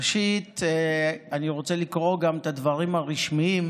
ראשית אני רוצה לקרוא גם את הדברים הרשמיים,